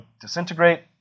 disintegrate